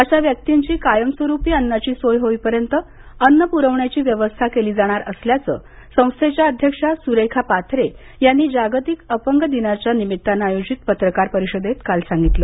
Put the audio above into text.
अशा व्यक्तींची कायमस्वरूपी अन्नाची सोय होईपर्यंत अन्न पुरवण्याची व्यवस्था केली जाणार असल्याचं संस्थेच्या अध्यक्षा सुरेखा पाथरे यांनी जागतिक अपंग दिनाच्या निमित्तानंआयोजित पत्रकार परिषदेत सांगितलं